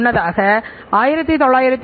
என்பதையும் புரிந்து கொள்ள உதவும்